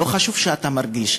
לא חשוב שאתה מרגיש,